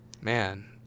man